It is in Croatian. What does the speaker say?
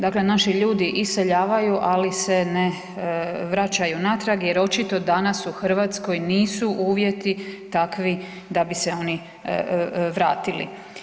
Dakle, naši ljudi iseljavaju, ali se ne vraćaju natrag jer očito danas u Hrvatskoj nisu uvjeti takvi da bi se oni vratili.